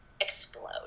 explode